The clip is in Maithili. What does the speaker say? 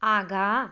आगाँ